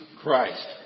Christ